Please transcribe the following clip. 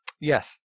Yes